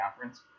Conference